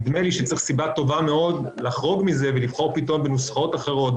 נדמה לי שצריך סיבה טובה מאוד לחרוג מזה ולבחור פתאום בנוסחאות אחרות,